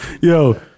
Yo